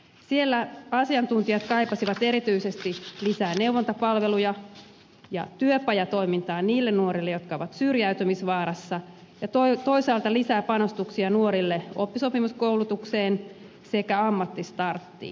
siellä asiantuntijat kaipasivat erityisesti lisää neuvontapalveluja ja työpajatoimintaa niille nuorille jotka ovat syrjäytymisvaarassa ja toisaalta lisää panostuksia nuorille oppisopimuskoulutukseen sekä ammattistarttiin